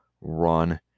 run